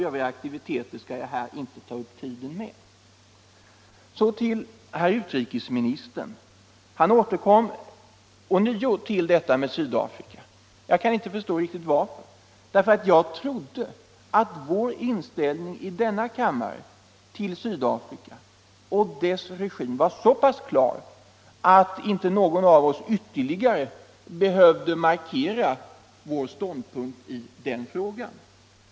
Övriga aktiviteter skall jag här inte ta upp tiden med. Så några ord till herr utrikesministern. Han återkom ånyo till detta med Sydafrika. Jag kan inte förstå riktigt varför, eftersom jag trodde att vår inställning i kammaren till Sydafrika och dess regim var så pass klar att ingen av oss ytterligare behövde markera vår ståndpunkt i den frågan.